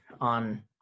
on